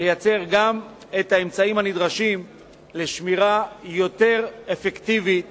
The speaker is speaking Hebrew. לייצר את האמצעים הנדרשים לשמירה יותר אפקטיבית